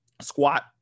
squat